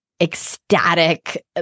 ecstatic